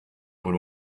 por